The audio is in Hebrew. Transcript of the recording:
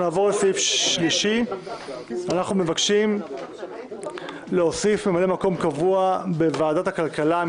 3. הוספת ממלא מקום קבוע בוועדת הכלכלה,